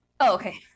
okay